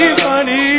funny